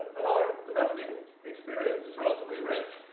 and our domestic and experience is relatively rich,